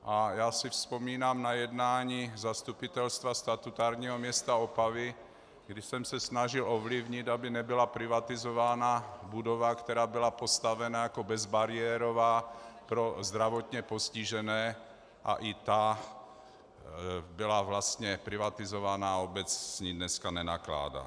A vzpomínám si na jednání zastupitelstva statutárního města Opavy, kdy jsem se snažil ovlivnit, aby nebyla privatizována budova, která byla postavena jako bezbariérová pro zdravotně postižené, a i ta byla privatizovaná a obec s ní dneska nenakládá.